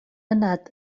anat